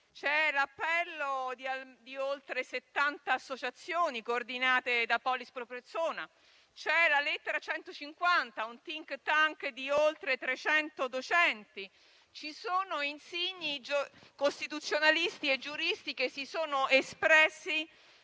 C'è l'appello di oltre 70 associazioni coordinate da «*Polis Pro persona*»; c'è «Lettera150», un *think-tank* di oltre 300 docenti. Ci sono inoltre insigni costituzionalisti e giuristi, che si sono espressi